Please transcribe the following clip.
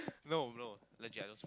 no no legit I don't